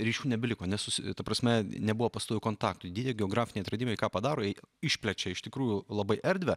ryšių nebeliko nes su ta prasme nebuvo pastovių kontaktų didieji geografiniai atradimai ką padaro išplečia iš tikrųjų labai erdvę